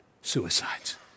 suicides